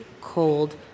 cold